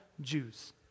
Jews